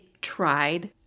tried